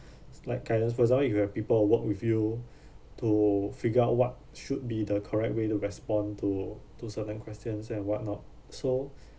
is like guidance for as long you have people who work with you to figure out what should be the correct way to respond to to certain questions and whatnot so